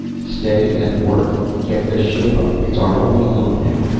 stay at work! get the ship up, it's our only hope now.